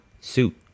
suit